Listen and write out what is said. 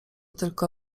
tylko